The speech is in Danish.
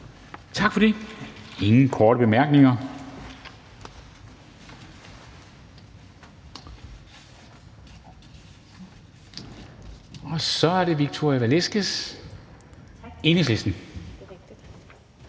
Tak for det. Der er ingen korte bemærkninger. Så er det Victoria Velasquez, Enhedslisten.